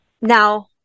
Now